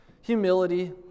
humility